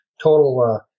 total